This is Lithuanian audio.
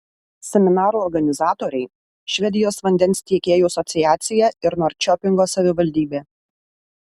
seminarų organizatoriai švedijos vandens tiekėjų asociacija ir norčiopingo savivaldybė